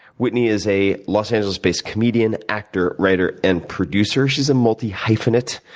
whitney is a los angeles based comedian, actor, writer and producer. she's a multi hyphenate,